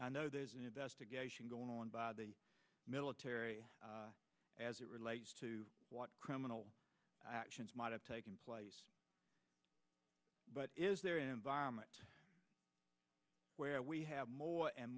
i know there's an investigation going on by the military as it relates to what criminal actions might have taken place but is there an environment where we have more and